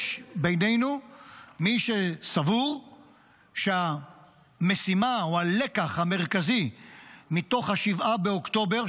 יש בינינו מי שסבור שהמשימה או הלקח המרכזי מתוך 7 באוקטובר,